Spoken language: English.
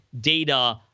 data